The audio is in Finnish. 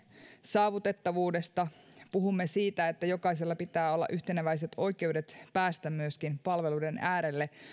saavutettavuudesta puhumme siitä että jokaisella pitää olla yhteneväiset oikeudet päästä myöskin palveluiden äärelle